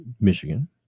Michigan